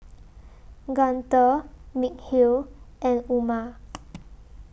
Guntur Mikhail and Umar